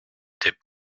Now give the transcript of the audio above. était